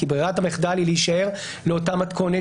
כי ברירת המחדל היא להישאר באותה מתכונת